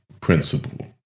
principle